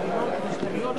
להצביע.